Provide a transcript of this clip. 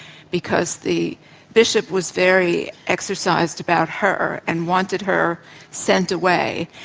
because the bishop was very exercised about her, and wanted her sent away.